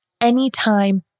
anytime